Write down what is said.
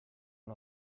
one